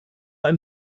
ein